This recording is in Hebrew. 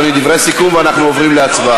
בבקשה, אדוני, דברי סיכום, ואנחנו עוברים להצבעה.